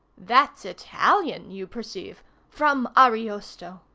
that's italian, you perceive from ariosto.